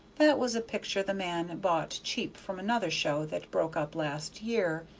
that was a picture the man bought cheap from another show that broke up last year.